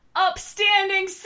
upstanding